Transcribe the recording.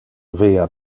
via